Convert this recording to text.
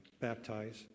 Baptize